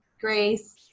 grace